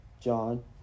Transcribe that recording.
John